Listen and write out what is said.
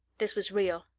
this was real,